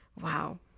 Wow